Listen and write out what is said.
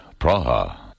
Praha